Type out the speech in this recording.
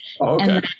okay